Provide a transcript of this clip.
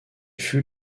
fut